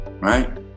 right